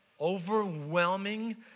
overwhelming